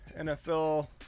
nfl